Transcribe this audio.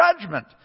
judgment